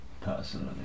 personally